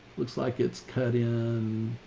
looks like it's cut in